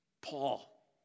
Paul